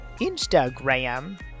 Instagram